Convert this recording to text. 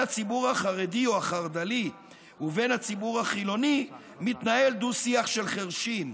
הציבור החרדי או החרד"לי ובין הציבור החילוני מתנהל דו-שיח של חירשים.